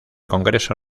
congreso